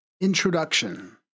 Introduction